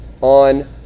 on